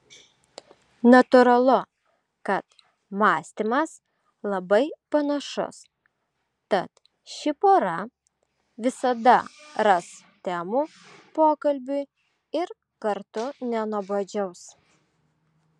natūralu kad mąstymas labai panašus tad ši pora visada ras temų pokalbiui ir kartu nenuobodžiaus